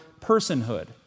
personhood